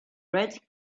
red